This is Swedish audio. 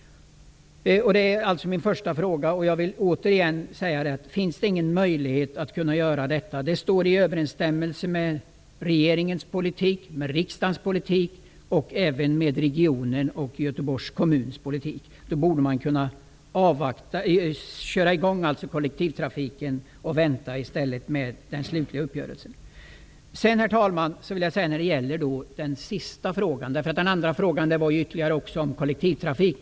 Det är alltså min första fråga. Och jag vill upprepa: Finns det ingen möjlighet att göra detta? Det står i överensstämmelse med regeringens politik, med riksdagens politik och med politiken i regionen och i Göteborgs kommun. Man borde kunna köra i gång kollektivtrafiken och vänta med den slutliga uppgörelsen. Den andra frågan handlade också om kollektivtrafiken.